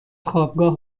خوابگاه